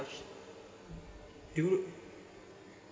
do